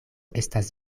estas